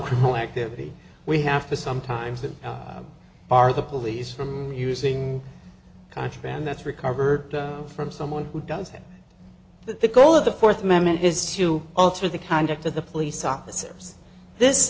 criminal activity we have to sometimes that are the police from using contraband that's recovered from someone who doesn't that the goal of the fourth amendment is to alter the conduct of the police officers this